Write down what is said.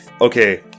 okay